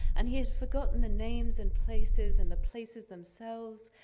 and he had forgotten the name and places and the places themselves.